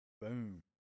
Boom